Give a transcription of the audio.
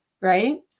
Right